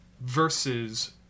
versus